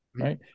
Right